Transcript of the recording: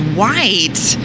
white